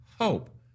hope